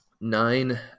nine